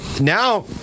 now